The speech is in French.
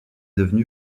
devenu